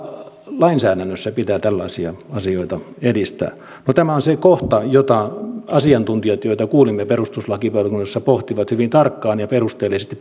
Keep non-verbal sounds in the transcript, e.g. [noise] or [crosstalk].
lainsäädännössä pitää tällaisia asioita edistää tämä on se kohta jota kuulemamme asiantuntijat perustuslakivaliokunnassa pohtivat hyvin tarkkaan ja perusteellisesti [unintelligible]